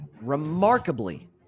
remarkably